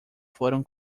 foram